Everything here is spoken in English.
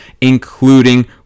including